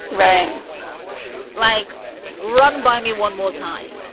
ranks like run by me one more time.